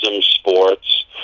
Sports